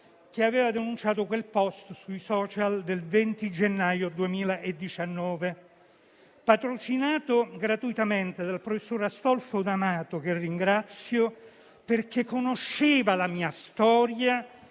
che aveva denunciato quel *post* sui *social* *media* del 20 gennaio 2019. Patrocinato gratuitamente dal professor Astolfo Di Amato, che ringrazio, perché conosceva la mia storia,